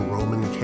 Roman